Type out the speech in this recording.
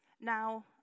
Now